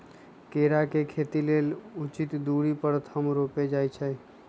केरा के खेती लेल उचित दुरी पर थम रोपल जाइ छै